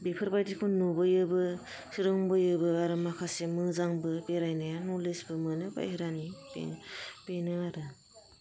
बेफोरबायदिखौ नुबोयोबो सोलोंबोयोबो आरो माखासे मोजांबो बेरायनाया नलेजबो मोनो बायह्रानि बेनो आरो